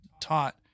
taught